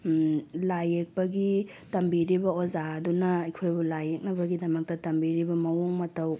ꯂꯥꯏ ꯌꯦꯛꯄꯒꯤ ꯇꯝꯕꯤꯔꯤꯕ ꯑꯣꯖꯥ ꯑꯗꯨꯅ ꯑꯩꯈꯣꯏꯕꯨ ꯂꯥꯏ ꯌꯦꯛꯅꯕꯒꯤꯗꯃꯛꯇ ꯇꯝꯕꯤꯔꯤꯕ ꯃꯑꯣꯡ ꯃꯇꯧ